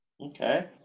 Okay